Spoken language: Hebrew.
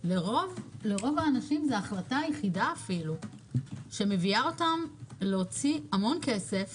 לרוב האנשים זה ההחלטה היחידה אפילו שמביאה אותם להוציא המון כסף